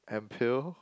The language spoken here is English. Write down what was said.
and pill